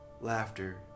Laughter